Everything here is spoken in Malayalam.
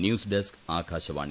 news desk Akashvani